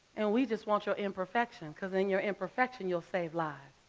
and we just want your imperfection, because in your imperfection, you'll save lives.